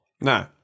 no